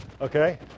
Okay